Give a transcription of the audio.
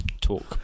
Talk